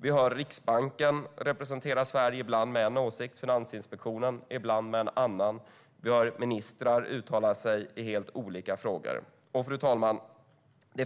Vi hör Riksbanken representera Sverige med en viss åsikt ibland och Finansinspektionen med en annan ibland. Vi hör ministrar uttala sig i helt olika frågor. Fru talman!